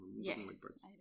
Yes